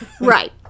Right